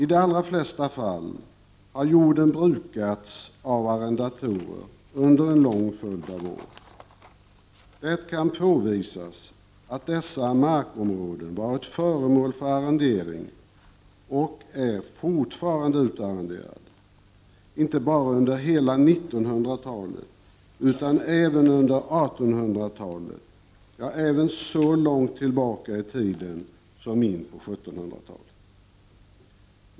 I de allra flesta fall har jorden brukats av arrendatorer under en lång följd av år. Det kan påvisas att dessa markområden, som fortfarande är utarrenderade, varit föremål för arrendering inte bara under hela 1900-talet utan även under 1800-talet — ja, även så långt tillbaka i tiden som på 1700-talet.